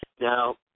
Now